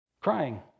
crying